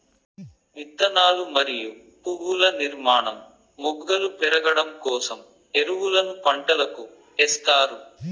విత్తనాలు మరియు పువ్వుల నిర్మాణం, మొగ్గలు పెరగడం కోసం ఎరువులను పంటలకు ఎస్తారు